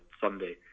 Sunday